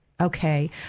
Okay